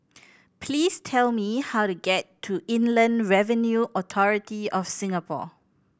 please tell me how to get to Inland Revenue Authority of Singapore